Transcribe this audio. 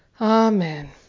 Amen